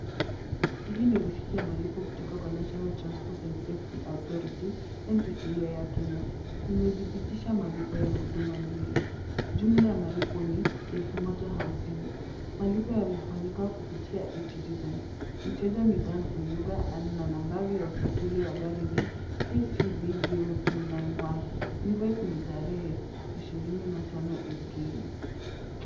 Hii ni risiti ya malipo kutoka kwa National Transport and Safety Authority(NTSA) ya Kenya. Imedhibitisha malipo mbili. Jumla ya malipo ni 1050. Malipo yamefanyika kutoka kwa e-citizen . Mteja ni Dan Oyuga na nambari ya usajili wa gari ni KCB029Y. Invoice Ni tarehe 25 Aprili.